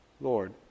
Lord